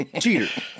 Cheater